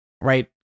right